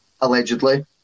allegedly